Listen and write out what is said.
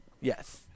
Yes